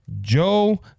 Joe